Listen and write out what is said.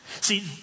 See